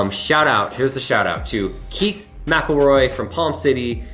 um shout-out, here's the shout-out to keith mcelroy from palm city,